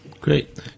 Great